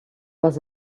was